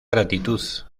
gratitud